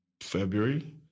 February